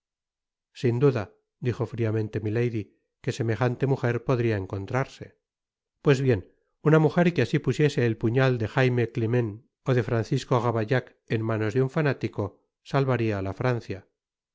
sin duda dijo friamente milady que semejante mujer podria encontrarse pues bien una mujer que asi pusiese el puñal de jaime clement ó de francisco ravaillac en manos de un fanático salvaria á ta francia